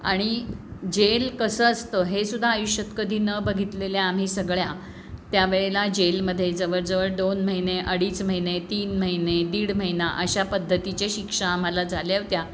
आणि जेल कसं असतं हे सुद्धा आयुष्यात कधी न बघितलेल्या आम्ही सगळ्या त्या वेळेला जेलमध्ये जवळ जवळ दोन महिने अडीच महिने तीन महिने दीड महिना अशा पद्धतीचे शिक्षा आम्हाला झाल्या होत्या